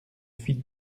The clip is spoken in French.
fit